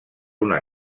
una